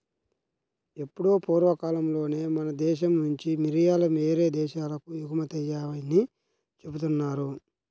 ఎప్పుడో పూర్వకాలంలోనే మన దేశం నుంచి మిరియాలు యేరే దేశాలకు ఎగుమతయ్యాయని జెబుతున్నారు